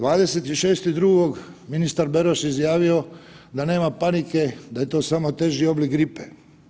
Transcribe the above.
26.2. ministar Beroš izjavio da nema panike da je to samo teži oblik gripe.